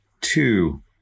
two